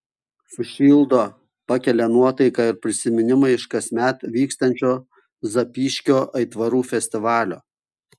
sušildo pakelia nuotaiką ir prisiminimai iš kasmet vykstančio zapyškio aitvarų festivalio